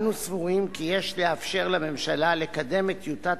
אנו סבורים כי יש לאפשר לממשלה לקדם את טיוטת